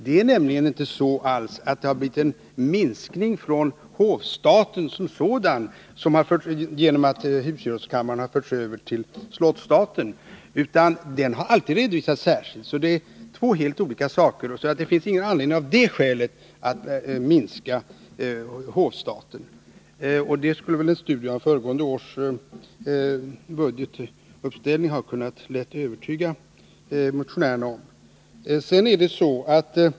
Det har nämligen inte blivit någon minskning av hovstaten som sådan genom att husgerådskammaren har förts över till slottsstaten, utan den har alltid redovisats särskilt. Det är två helt olika saker, så det finns ingen anledning att av det skälet minska hovstaten. Det skulle ett studium av föregående års budgetuppställning lätt ha kunnat övertyga motionärerna om.